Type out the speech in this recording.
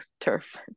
turf